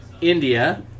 India